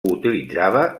utilitzava